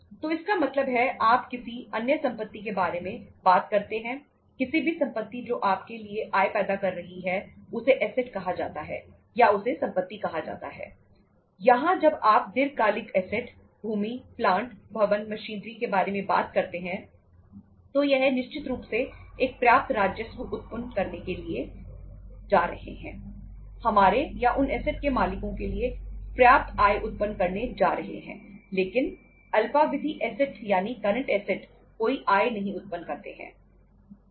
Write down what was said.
तो इसका मतलब है आप किसी अन्य संपत्ति के बारे में बात करते हैं किसी भी संपत्ति जो आपके लिए आय पैदा कर रही है उसे एसेट कोई आय नहीं उत्पन्न करते हैं